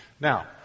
Now